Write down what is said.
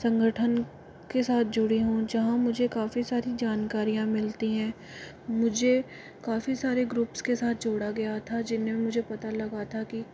संगठन के साथ जुड़ी हूँ जहाँ मुझे काफ़ी सारी जानकारियाँ मिलती हैं मुझे काफ़ी सारे ग्रुप्स के साथ जोड़ा गया था जिनमें मुझे पता लगा था कि